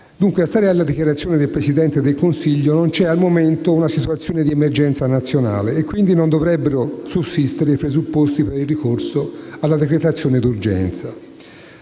dunque, alla dichiarazione del Presidente del Consiglio, non c'è al momento una situazione di emergenza nazionale e pertanto non dovrebbero sussistere i presupposti per il ricorso alla decretazione d'urgenza.